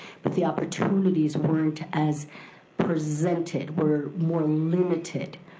but the opportunities weren't as presented, were more limited.